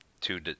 two